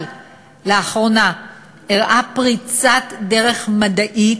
אבל לאחרונה אירעה פריצת דרך מדעית,